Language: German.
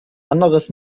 anderes